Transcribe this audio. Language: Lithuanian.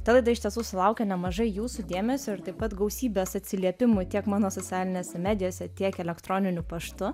ta laida iš tiesų sulaukė nemažai jūsų dėmesio ir taip pat gausybės atsiliepimų tiek mano socialinėse medijose tiek elektroniniu paštu